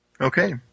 Okay